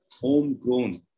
homegrown